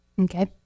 Okay